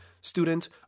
student